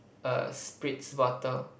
err spritz bottle